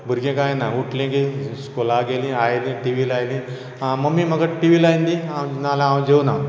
भुरगीं काय ना उठलीं की स्कुलाक गेलीं आयलीं टी व्ही लायली मम्मी म्हाक टी व्ही लायन दी ना जाल्यार हांव जेवना